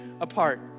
apart